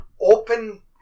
open